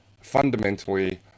fundamentally